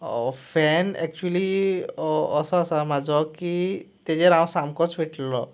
fan actually असो आसा म्हजो की ताजेर हांव सामकोच विटललों